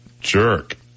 jerk